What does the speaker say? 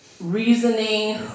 reasoning